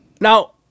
Now